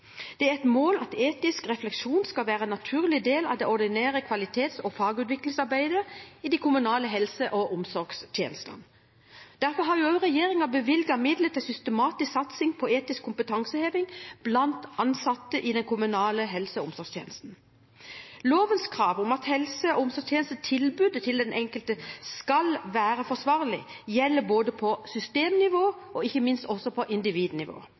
Det er et mål at etisk refleksjon skal være en naturlig del av det ordinære kvalitets- og fagutviklingsarbeidet i de kommunale helse- og omsorgstjenestene. Derfor har også regjeringen bevilget midler til systematisk satsing på etisk kompetanseheving blant ansatte i den kommunale helse- og omsorgstjenesten. Lovens krav om at helse- og omsorgstjenestetilbudet til den enkelte skal være forsvarlig, gjelder både på systemnivå og ikke minst også på individnivå.